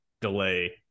delay